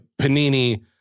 Panini